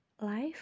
life